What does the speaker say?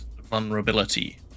vulnerability